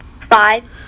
Five